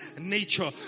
nature